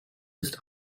ist